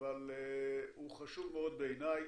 אבל הוא חשוב מאוד בעיניי,